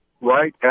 right